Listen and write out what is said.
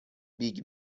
بیگ